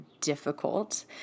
difficult